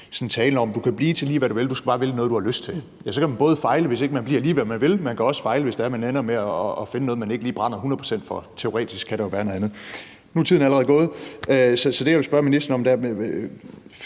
til talen om, at du kan blive til lige, hvad du vil, du skal bare vælge noget, du har lyst til. Ja, så kan man både fejle, hvis ikke man bliver lige, hvad man vil, men man kan også fejle, hvis man ender med at finde noget, men ikke lige brænder hundrede procent for – teoretisk set kan der jo været noget andet. Nu er taletiden allerede gået. Det, jeg vil spørge ministeren om, er: